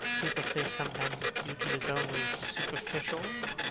people say sometimes that beauty is only superficial.